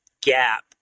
gap